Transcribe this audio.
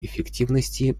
эффективности